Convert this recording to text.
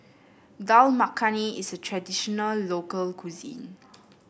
Dal Makhani is a traditional local cuisine